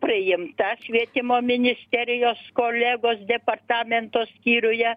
priimta švietimo ministerijos kolegos departamento skyriuje